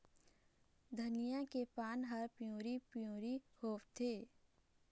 धनिया के पान हर पिवरी पीवरी होवथे?